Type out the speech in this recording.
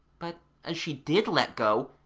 but as she did let go,